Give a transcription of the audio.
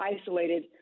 isolated